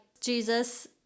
Jesus